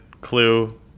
clue